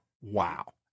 wow